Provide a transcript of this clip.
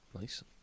Nice